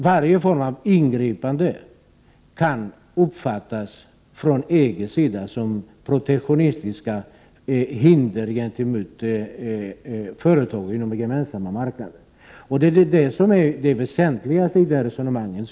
Varje form av ingripande kan av EG uppfattas som protektionistiska hinder gentemot företag inom den gemensamma marknaden. Det är detta som är det mest väsentliga i vårt resonemang.